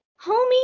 Homie